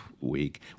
week